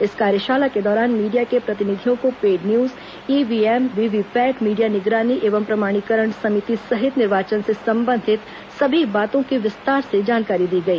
इस कार्यशाला के दौरान मीडिया के प्रतिनिधियों को paid news EVM VVPAT media निगरानी एवं प्रमाणीकरण समिति सहित निर्वाचन से संबंधित सभी बातों की विस्तार से जानकारी दी गई